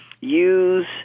use